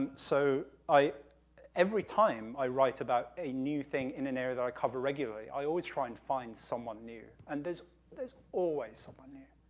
um so, every time i write about a new thing in an area that i cover regularly, i always try and find someone new, and there's there's always someone new.